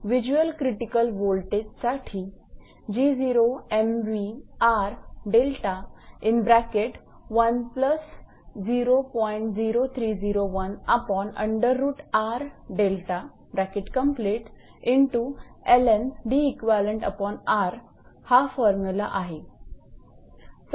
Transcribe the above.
visual critical वोल्टेजसाठी हा formula आहे